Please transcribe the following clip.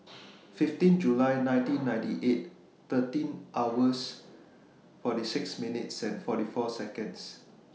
fifteen July nineteen ninety eight thirteen hours forty six minutes forty four Seconds